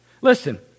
Listen